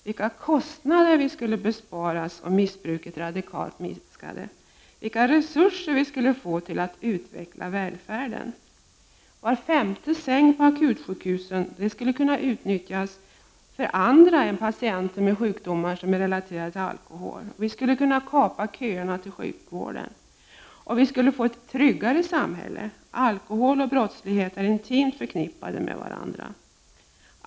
Vilka kostnader vi skulle besparas om missbruket radikalt minskade! Vilka resurser vi skulle få att utveckla välfärden! Var femte säng på akutsjukhusen skulle kunna nyttjas för andra än patienter med sjukdomar som orsakats av alkohol. Vi skulle kunna kapa köerna till sjukvården. Vi skulle få ett tryggare samhälle. Alkohol och brottslighet är intimt förknippade med varandra.